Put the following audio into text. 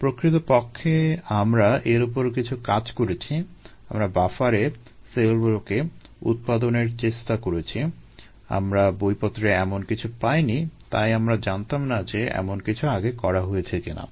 প্রকৃতপক্ষে আমরা এর উপর কিছু কাজ করেছি আমরা বাফারে সেলগুলোকে উৎপাদনের চেষ্টা করেছি আমরা বইপত্রে এমন কিছু পাই নি তাই আমরা জানতাম না যে এমন কিছু আগে করা হয়েছে কিনা